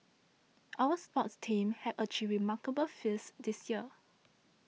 our sports teams have achieved remarkable feats this year